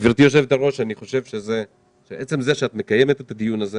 גברתי היושבת-ראש, את מקיימת את הדיון הזה